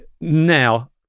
now